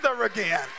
again